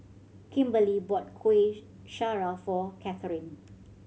Kimberlee bought Kueh Syara for Catherine